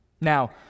Now